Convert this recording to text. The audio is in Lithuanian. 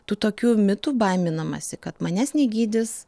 tų tokių mitų baiminamasi kad manęs negydys